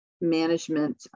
management